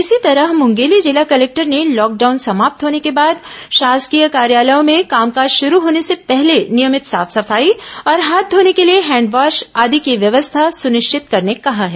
इसी तरह मुंगेली जिला कलेक्टर ने लॉकडाउन समाप्त होने के बाद शासकीय कार्यालयों में कामकाज शुरू होने से पहले नियमित साफ सफाई और हाथ घोने के लिए हैंडवॉश आदि की व्यवस्था सुनिश्चित करने कहा है